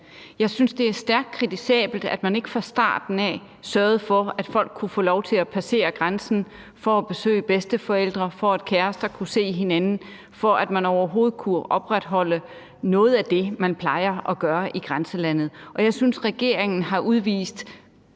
Jeg synes, det er stærkt kritisabelt, at man ikke fra starten af sørgede for, at folk kunne få lov til at passere grænsen for at besøge bedsteforældre, for at kærester kunne se hinanden, og for at man overhovedet kunne opretholde noget af det, man plejer at gøre i grænselandet. Og jeg synes, regeringen har udvist